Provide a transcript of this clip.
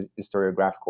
historiographical